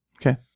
Okay